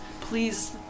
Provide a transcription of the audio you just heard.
Please